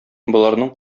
боларның